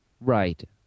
Right